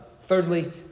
thirdly